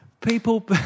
people